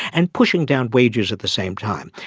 and pushing down wages at the same time.